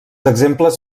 exemples